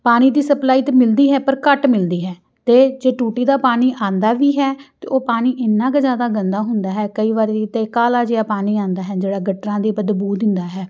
ਪਾਣੀ ਦੀ ਸਪਲਾਈ ਤਾਂ ਮਿਲਦੀ ਹੈ ਪਰ ਘੱਟ ਮਿਲਦੀ ਹੈ ਅਤੇ ਜੇ ਟੂਟੀ ਦਾ ਪਾਣੀ ਆਉਂਦਾ ਵੀ ਹੈ ਤਾਂ ਉਹ ਪਾਣੀ ਇੰਨਾ ਕੁ ਜ਼ਿਆਦਾ ਗੰਦਾ ਹੁੰਦਾ ਹੈ ਕਈ ਵਾਰੀ ਤਾਂ ਕਾਲਾ ਜਿਹਾ ਪਾਣੀ ਆਉਂਦਾ ਹੈ ਜਿਹੜਾ ਗਟਰਾਂ ਦੇ ਬਦਬੂ ਦਿੰਦਾ ਹੈ